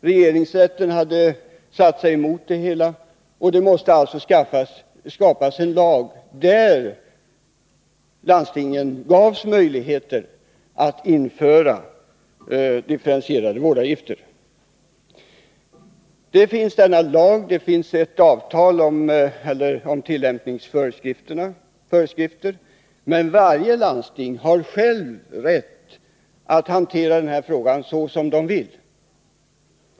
Regeringsrätten hade satt sig emot det hela, och det måste skapas en lag enligt vilken landstingen gavs möjligheter att införa differentierade vårdavgifter. Nu finns denna lag och ett avtal beträffande tillämpningsföreskrifter, men varje landsting har själv rätt att hantera den här frågan som det vill.